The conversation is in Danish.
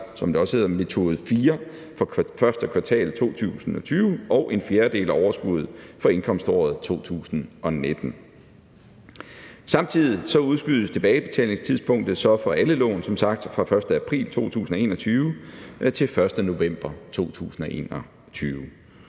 som det også hedder, metode 4, fra første kvartal 2020, og en fjerdedel af overskuddet for indkomståret 2019. Samtidig udskydes tilbagebetalingstidspunktet så som sagt for alle lån fra 1. april 2021 til 1. november 2021.